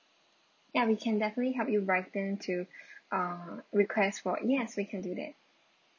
ya we can definitely help you write in to uh request for yes we can do that